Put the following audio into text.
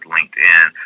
LinkedIn